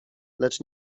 lecz